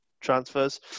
Transfers